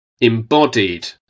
embodied